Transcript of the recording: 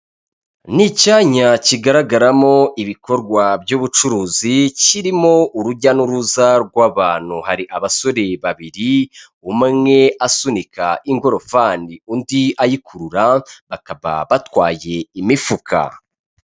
Ni icyanya kigaragaramo ibikorwa by'ubucuruzi, kirimo urujya n'uruza rw'abantu, hari abasore babiri, umwe asunika ingororofani undi ayikurura, bakaba batwaye imifuka.